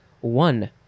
One